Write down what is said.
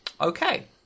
Okay